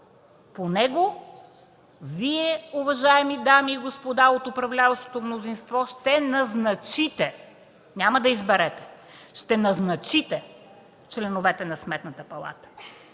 По него, Вие, уважаеми дами и господа от управляващото мнозинство, ще назначите – няма да изберете, а ще назначите членовете на Сметната палата.